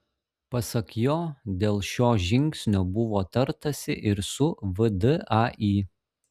pasak jo dėl šio žingsnio buvo tartasi ir su vdai